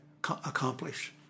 accomplish